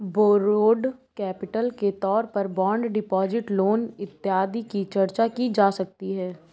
borrowed capital के तौर पर बॉन्ड डिपॉजिट लोन इत्यादि की चर्चा की जा सकती है